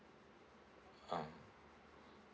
ah